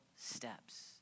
steps